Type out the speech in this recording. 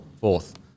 Fourth